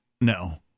no